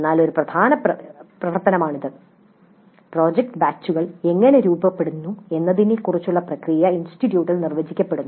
എന്നാൽ ഇത് ഒരു പ്രധാന പ്രവർത്തനമാണ് പ്രോജക്റ്റ് ബാച്ചുകൾ എങ്ങനെ രൂപപ്പെടുന്നു എന്നതിനെക്കുറിച്ചുള്ള പ്രക്രിയ ഇൻസ്റ്റിറ്റ്യൂട്ടിൽ നിർവചിക്കപ്പെടുന്നു